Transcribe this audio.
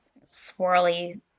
swirly